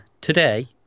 today